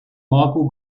michael